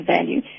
value